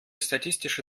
statistische